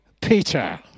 Peter